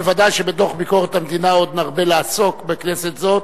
ודאי שבדוח ביקורת המדינה עוד נרבה לעסוק בכנסת זאת,